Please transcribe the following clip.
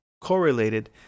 correlated